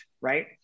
right